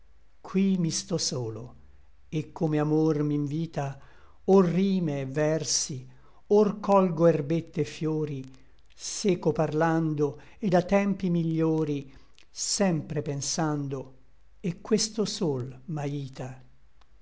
qui mi sto solo et come amor m'invita or rime et versi or colgo herbette et fiori seco parlando et a tempi migliori sempre pensando et questo sol m'aita